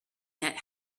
that